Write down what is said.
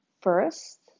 first